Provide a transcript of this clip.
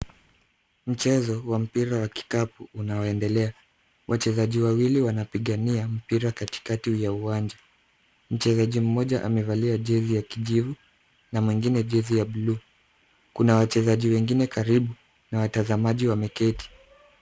Mchezo wa mpira wa kikapu unaoendelea. Wachezaji wawii wanapigania mpira katikati ya uwanja. Mchezaji mmoja amevalia jezi ya kijivu na mwingine jezi ya blue . Kuna wachezaji wengine karibu na watazamaji wameketi.